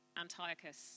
Antiochus